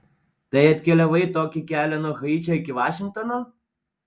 tai atkeliavai tokį kelią nuo haičio iki vašingtono